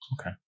Okay